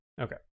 Okay